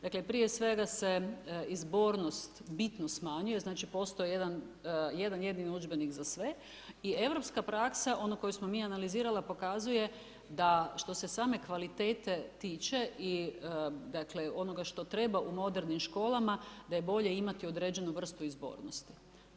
Dakle prije svega se izbornost bitno smanjuje, znači postoji jedan, jedan jedini udžbenik za sve i europska praksa ona koju smo mi analizirali pokazuje da što se same kvalitete tiče i dakle onoga što treba u modernim školama da je bolje imati određenu vrstu izbornosti.